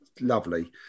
lovely